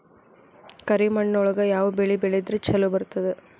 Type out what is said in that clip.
ಕರಿಮಣ್ಣೊಳಗ ಯಾವ ಬೆಳಿ ಬೆಳದ್ರ ಛಲೋ ಬರ್ತದ?